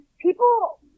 people